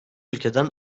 ülkeden